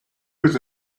was